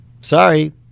Sorry